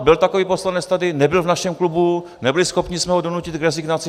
Byl takový poslanec tady, nebyl v našem klubu, nebyli jsme schopni ho donutit k rezignaci.